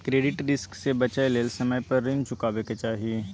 credit risk से बचइ लेल समय पर रीन चुकाबै के चाही